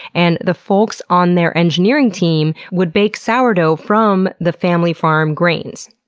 and the folks on their engineering team would bake sourdough from the family farm grains.